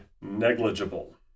negligible